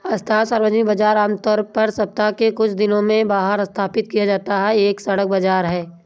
अस्थायी सार्वजनिक बाजार, आमतौर पर सप्ताह के कुछ दिनों में बाहर स्थापित किया जाता है, एक सड़क बाजार है